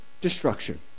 destruction